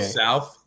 south